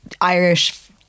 Irish